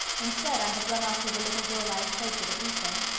instead i had run off with a little girl i had played with at recess.